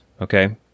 Okay